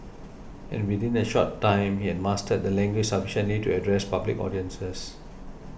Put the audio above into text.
and within a short time he had mastered the language sufficiently to address public audiences